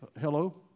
Hello